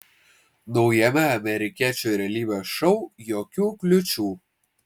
naujame amerikiečių realybės šou jokių kliūčių